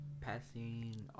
passing